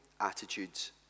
attitudes